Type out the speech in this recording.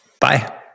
Bye